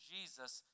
Jesus